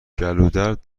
گلودرد